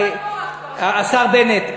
השר בנט,